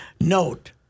note